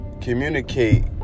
communicate